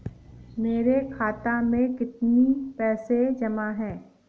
मेरे खाता में कितनी पैसे जमा हैं?